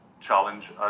challenge